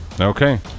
Okay